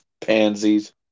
Pansies